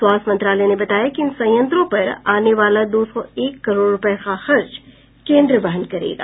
स्वास्थ्य मंत्रालय ने बताया कि इन संयंत्रों पर आने वाला दो सौ एक करोड़ रूपये का खर्च केंद्र वहन करेगा